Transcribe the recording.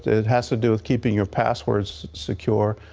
it has to do with keeping your passwords secure.